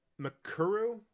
Makuru